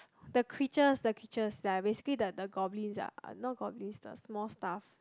the creatures the creatures ya basically the the goblins lah not goblins the small stuff